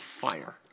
fire